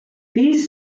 these